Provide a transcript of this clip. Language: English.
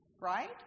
right